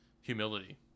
humility